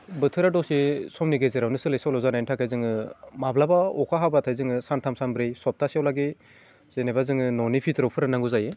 बोथोरा दसे समनि गेजेरावनो सोलाय सोल' जानायनि थाखाय जोङो माब्लाबा अखा हाब्लाथाय जोङो सानथाम सामब्रै सप्तासेयावलागि जेनेबा जोङो न'नि भिथोराव फोराननांगौ जायो